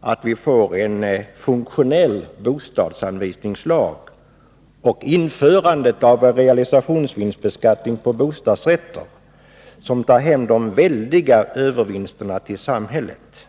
att vi får en funktionell bostadsanvisningslag på den punkten och införa en realisationsvinstbeskattning på bostadsrätter som för hem de väldiga övervinsterna till samhället.